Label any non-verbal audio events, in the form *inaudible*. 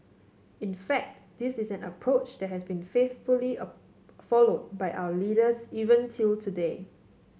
in fact this is an approach that has been faithfully *unintelligible* followed by our leaders even till today